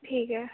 ठीक है